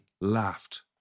laughed